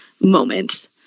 moment